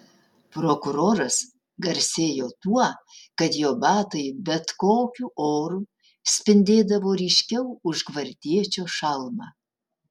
prokuroras garsėjo tuo kad jo batai bet kokiu oru spindėdavo ryškiau už gvardiečio šalmą